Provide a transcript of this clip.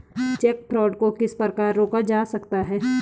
Check fraud को किस प्रकार रोका जा सकता है?